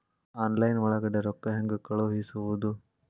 Online ಒಳಗಡೆ ರೊಕ್ಕ ಹೆಂಗ್ ಕಳುಹಿಸುವುದು?